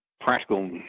practical